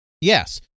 Yes